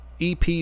EP